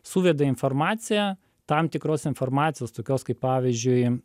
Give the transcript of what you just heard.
suveda informaciją tam tikros informacijos tokios kaip pavyzdžiui